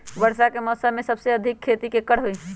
वर्षा के मौसम में सबसे अधिक खेती केकर होई?